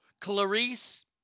Clarice